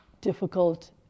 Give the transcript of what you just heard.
difficult